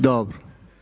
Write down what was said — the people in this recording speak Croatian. Dobro.